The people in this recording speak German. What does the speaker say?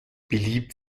beliebt